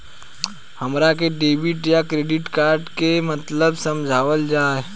हमरा के डेबिट या क्रेडिट कार्ड के मतलब समझावल जाय?